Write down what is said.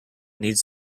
needs